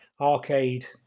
arcade